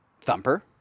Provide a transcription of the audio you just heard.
Thumper